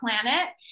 planet